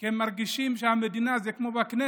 כי הם מרגישים שהמדינה זה כמו בכנסת,